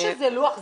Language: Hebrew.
יש איזה לוח זמנים?